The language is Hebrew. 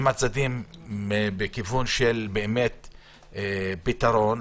אם הצדדים בכיוון פתרון,